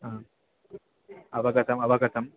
अवगतम् अवगतम्